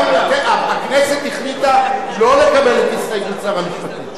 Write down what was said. הכנסת החליטה לא לקבל את הסתייגות שר המשפטים,